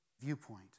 viewpoint